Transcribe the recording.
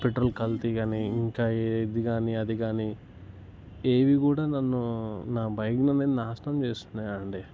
petrol కల్తీ కాని ఇంకా ఇది కాని అది కాని ఏవి కూడా నన్ను నా భయం అనేది నాశనం చేస్తున్నాయండి